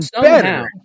better